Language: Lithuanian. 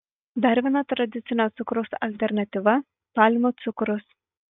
dar viena tradicinio cukraus alternatyva palmių cukrus